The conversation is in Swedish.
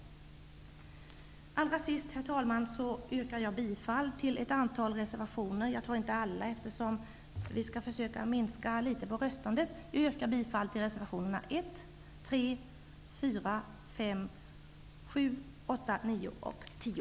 Allra sist, herr talman, yrkar jag bifall till ett antal reservationer. Eftersom vi skall sträva efter att minska på röstandet här i kammaren yrkar jag bifall endast till reservationerna 1, 3, 4, 5, 7, 8, 9 och 10.